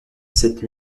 cette